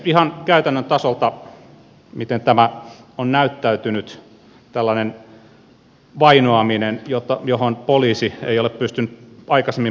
ihan käytännön tasolta miten on näyttäytynyt tällainen vainoaminen johon poliisi ei ole pystynyt aikaisemmin puuttumaan